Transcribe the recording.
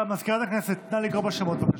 מזכירת הכנסת, נא לקרוא בשמות, בבקשה.